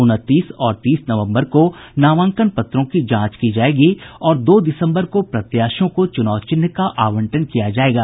उनतीस और तीस नवम्बर को नामांकन पत्रों की जांच की जायेगी और दो दिसम्बर को प्रत्याशियों को चुनाव चिन्ह का आवंटन किया जायेगा